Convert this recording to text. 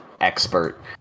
expert